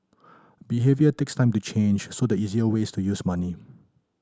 behaviour takes time to change so the easiest way is to use money